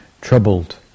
Troubled